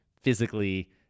physically